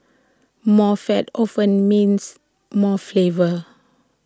more fat often means more flavour